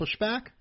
pushback